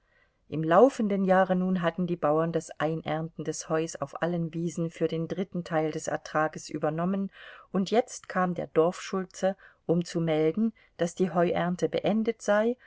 im laufenden jahre nun hatten die bauern das einernten des heus auf allen wiesen für den dritten teil des ertrages übernommen und jetzt kam der dorfschulze um zu melden daß die heuernte beendet sei